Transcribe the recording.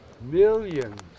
millions